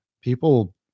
people